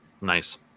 Nice